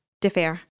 defer